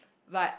but